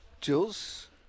Jules